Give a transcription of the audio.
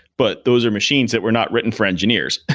but those are machines that were not written for engineers,